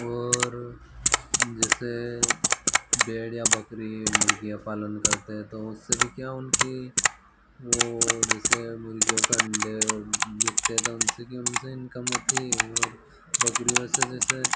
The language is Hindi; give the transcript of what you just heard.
और जेसे भेड़ या बकरी मुर्ग़ीयाँ पालन करते हैं तो उससे भी क्या कि वो जैसे मुर्ग़ीयों के अंडे बिकते हैं तो उनसे भी उनसे इनकम होती है बकरियों से जैसे